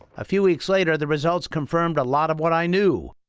a few weeks later, the results confirmed a lot of what i knew.